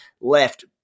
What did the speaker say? left